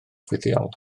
fuddiol